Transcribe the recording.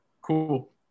cool